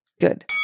Good